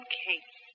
case